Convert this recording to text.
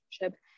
relationship